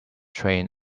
train